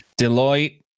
Deloitte